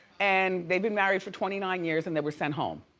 and they've been married for twenty nine years, and they were sent home.